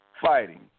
fighting